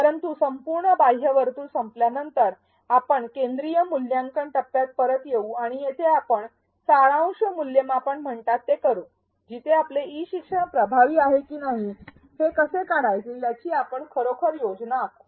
परंतु संपूर्ण बाह्य वर्तुळ संपल्यानंतर आपण केंद्रीय मूल्यांकन टप्प्यात परत येऊ आणि येथे आपण सारांश मूल्यमापन म्हणतात ते करू जिथे आपले ई शिक्षण प्रभावी आहे की नाही हे कसे काढायचे याची आपण खरोखर योजना आखु